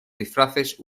disfraces